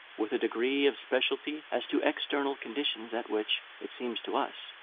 with a degree of specialty as to external conditions at which, it seems to us,